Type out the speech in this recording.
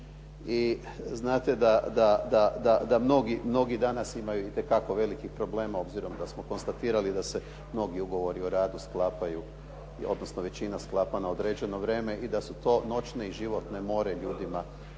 i znate da mnogi danas imaju itekako velikih problema, obzirom da smo konstatirali da se mnogi ugovori o radu sklapaju, odnosno većina sklapa na određeno vrijeme i da su to noćne i životne more ljudima kad